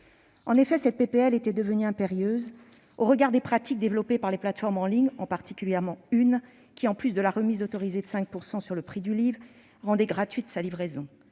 proposition de loi était devenue impérieuse au regard des pratiques développées par les plateformes en ligne- et en particulier une, qui, en plus de la remise autorisée de 5 % sur le prix du livre, rendait gratuite la livraison.